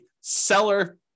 seller